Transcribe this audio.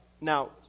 Now